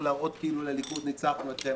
להראות כאילו לליכוד ניצחנו אתכם,